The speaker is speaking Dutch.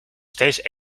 steeds